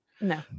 No